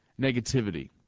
negativity